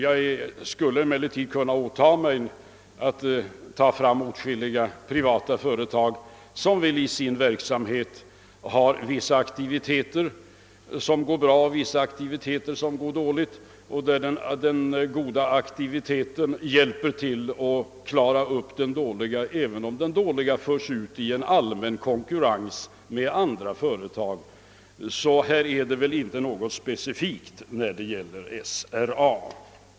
Jag skulle emellertid kunna åta mig att ta fram åtskilliga privata företag, som i sin verksamhet väl har vissa aktiviteter som går bra och vissa som går dåligt och där den goda aktiviteten hjälper till att klara upp den dåliga, även om den dåliga förs ut i en allmän konkurrens med andra företag. Här föreligger således inte något specifikt när det gäller SRA.